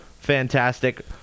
Fantastic